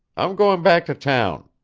i'm going back to town.